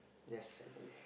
yes N_A